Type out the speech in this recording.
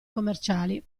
commerciali